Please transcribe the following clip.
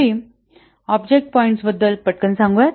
शेवटी object points बद्दल पटकन सांगू